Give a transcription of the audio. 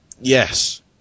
yes